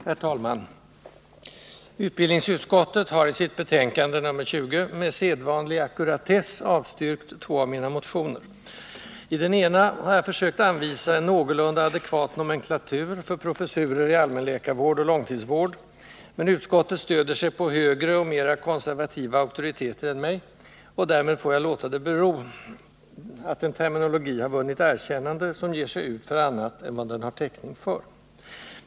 Herr talman! Utbildningsutskottet har i sitt betänkande 1979/80:20 med sedvanlig ackuratess avstyrkt två av mina motioner. I den ena har jag försökt anvisa en någorlunda adekvat nomenklatur för professurer i allmänläkarvård och långtidsvård, men utskottet stöder sig på högre och mera konservativa auktoriteter än mig, och därmed får jag låta det bero — att en terminologi har vunnit erkännande, som ger sig ut för annat än vad den har täckning för.